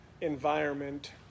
environment